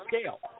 scale